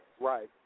right